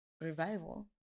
Revival